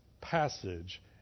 passage